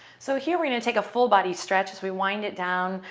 so here, we're going to take a full body stretch as we wind it down.